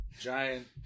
Giant